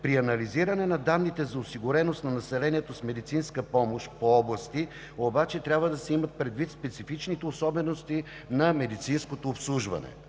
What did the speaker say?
След анализиране на данните за осигуреност на населението с медицинска помощ по области трябва да се имат предвид специфичните особености на медицинското обслужване.